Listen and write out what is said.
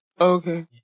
Okay